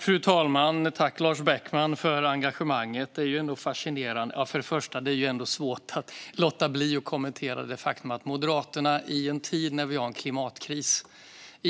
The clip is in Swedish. Fru talman! Tack, Lars Beckman, för engagemanget! Det är svårt att låta bli att kommentera det faktum att Moderaternas stora satsning, i en tid när vi har en klimatkris och